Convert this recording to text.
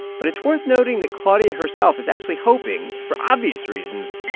but it's worth noting that claudia herself is actually hoping, for obvious reasons,